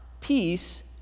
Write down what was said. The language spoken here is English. peace